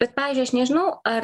bet pavyzdžiui aš nežinau ar